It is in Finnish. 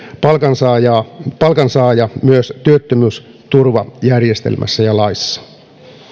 palkansaaja palkansaaja myös työttömyysturvajärjestelmässä ja laissa